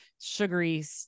sugary